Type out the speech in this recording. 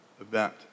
event